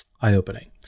eye-opening